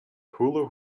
hula